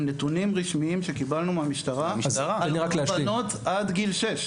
נתונים רשמיים שקיבלנו מהמשטרה על קורבנות עד גיל שש,